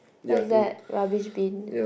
where is that rubbish bin